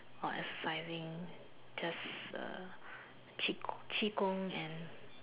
or exercising just uh 气功 and